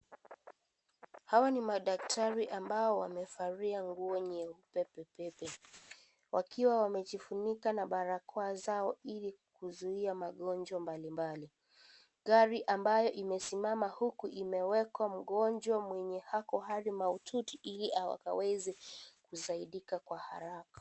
Hao ni madaktari ambao wamevalia nguo nyeupe pe pe pe. Wakiwa wamejifunika na barakoa zao Ili kuzuia magonjwa mbalimbali. Gari ambayo imesimama huku imewekwa mgonjwa mwenye ako Hali mahututi Ili akaweze kusaidika kwa haraka.